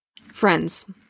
Friends